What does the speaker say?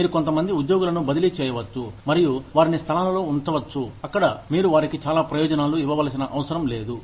మీరు కొంత మంది ఉద్యోగులను బదిలీ చేయవచ్చు మరియు వారిని స్థలాలలో ఉంచవచ్చు అక్కడ మీరు వారికి చాలా ప్రయోజనాలు ఇవ్వవలసిన అవసరం లేదు